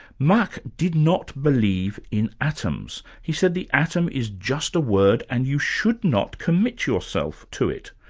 mach did not believe in atoms, he said the atom is just a word and you should not commit yourself to it.